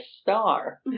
star